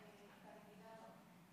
ברגילה לא.